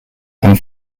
and